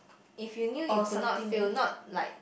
if you knew you could not fail not like